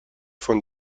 von